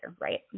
right